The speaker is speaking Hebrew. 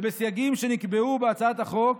ובסייגים שנקבעו בהצעת החוק,